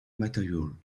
material